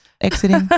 exiting